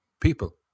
people